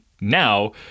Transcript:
now